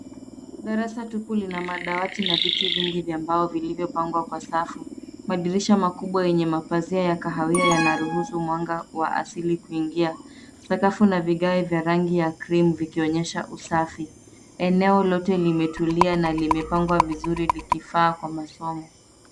Darasa tupu lina madawati na viti vingi vya mbao, vilivyopangwa kwa safu. Madirisha makubwa yenye mapazia ya kahawia, yanaruhusu mwanga wa asili kuingia. Sakafu na vigae vya rangi ya krimu, vikionyesha usafi. Eneo lote limetulia na limepangwa vizuri, likifaa kwa masomo.